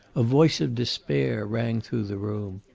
a voice of despair rang through the room.